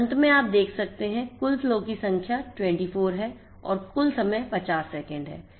अब अंत में आप देख सकते हैं कुल फ्लो की संख्या 24 है और कुल समय 50 सेकंड है